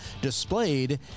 displayed